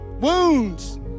wounds